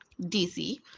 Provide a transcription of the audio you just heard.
DC